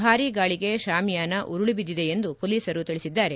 ಭಾರಿ ಗಾಳಿಗೆ ಶಾಮಿಯಾನ ಉರುಳಿಬಿದ್ದಿದೆ ಎಂದು ಮೊಲೀಸರು ತಿಳಿಸಿದ್ದಾರೆ